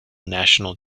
national